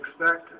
expect